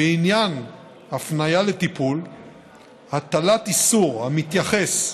בעניין הפניה לטיפול, הטלת איסור המתייחס,